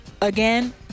again